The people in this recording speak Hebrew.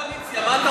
קואליציה.